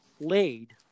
laid